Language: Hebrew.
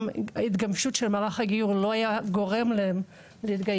גם התגמשות של מערך הגיור לא היה גורם להם להתגייר.